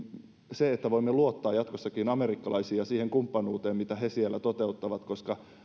se että voimme luottaa jatkossakin amerikkalaisiin ja siihen kumppanuuteen mitä he siellä toteuttavat